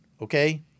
Okay